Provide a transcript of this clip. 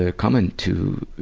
ah coming to,